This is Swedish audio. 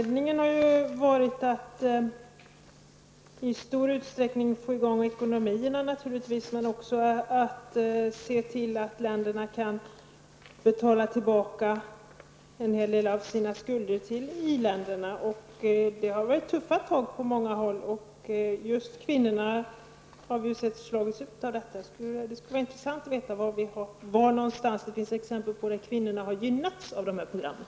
Det har naturligtvis i stor utsträckning varit fråga om att få i gång ekonomierna och se till att länderna kan betala tillbaka en hel del av skulderna till iländerna. På många håll har det varit tuffa tag, och vi har sett att just kvinnorna har blivit utslagna. Det skulle vara intressant att få veta var det finns exempel på att kvinnorna har gynnats av programmen.